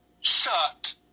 Shut